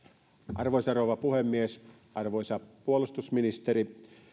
arvoisa rouva puhemies arvoisa puolustusministeri